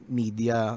media